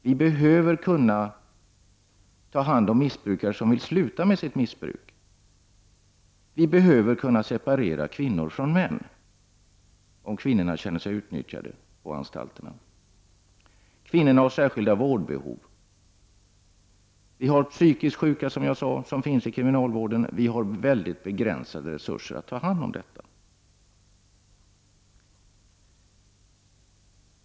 Vi behöver kunna ta hand om missbrukare som vill sluta med sitt missbruk, och vi behöver kunna separera kvinnor från män, om kvinnorna känner sig utnyttjade på anstalterna. Kvinnorna har särskilda vårdbehov. Det finns, som jag sade, psykiskt sjuka i kriminalvården, och vi har mycket begränsade resurser att ta hand om dem.